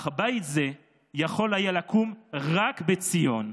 אך בית זה יכול היה לקום רק בציון,